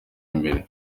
imbere